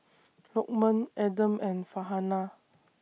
Lokman Adam and Farhanah